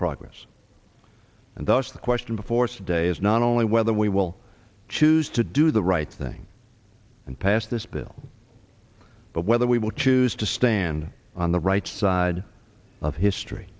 progress and thus the question before stay is not only whether we will choose to do the right thing and pass this bill but whether we will choose to stand on the right side of history